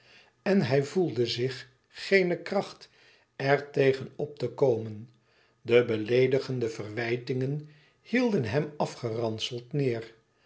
en hij voelde zich geene kracht er tegen op te komen de beleedigende verwijtingen hielden hem afgeranseld neêr